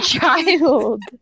Child